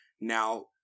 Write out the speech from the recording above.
Now